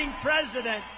president